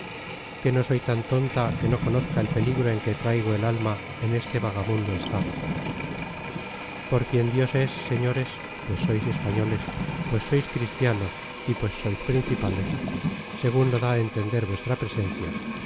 que no soy tan tonta que no conozca el peligro en que traigo el alma en este vagamundo estado por quien dios es señores pues sois españoles pues sois cristianos y pues sois principales segun lo da á entender vuestra presencia